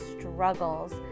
struggles